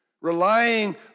Relying